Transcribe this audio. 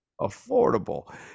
affordable